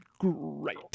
Great